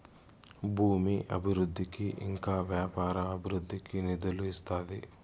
భూమి అభివృద్ధికి ఇంకా వ్యాపార అభివృద్ధికి నిధులు ఇస్తాది